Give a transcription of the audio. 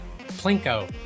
plinko